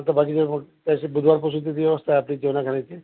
आता बाकीचे मग त्या बुधवारपासुनची जी व्यवस्था आपली जेवणा खाण्याची